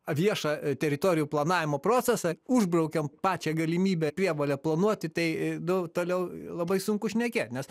viešą teritorijų planavimo procesą užbraukiam pačią galimybę prievolę planuoti tai nu toliau labai sunku šnekėt nes